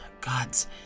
God's